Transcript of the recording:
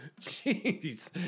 jeez